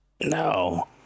No